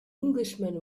englishman